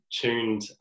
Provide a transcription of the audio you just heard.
tuned